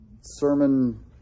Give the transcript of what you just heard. sermon